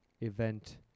event